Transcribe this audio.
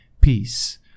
peace